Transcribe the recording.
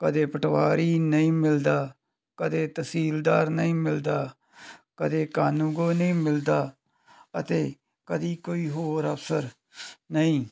ਕਦੇ ਪਟਵਾਰੀ ਨਹੀਂ ਮਿਲਦਾ ਕਦੇ ਤਹਿਸੀਲਦਾਰ ਨਹੀਂ ਮਿਲਦਾ ਕਦੇ ਕਾਨੂਗੋ ਨਹੀਂ ਮਿਲਦਾ ਅਤੇ ਕਦੇ ਕੋਈ ਹੋਰ ਅਫਸਰ ਨਹੀਂ